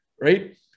right